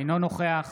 אינו נוכח